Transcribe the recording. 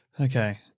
okay